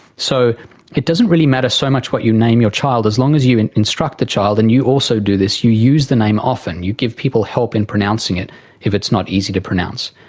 so it doesn't really matter so much what you name your child, as long as you instruct the child and you also do this, you use the name often, you give people help in pronouncing it if it's not easy to pronounce.